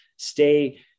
stay